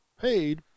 paid